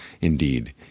Indeed